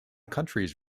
countries